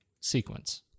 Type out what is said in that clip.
sequence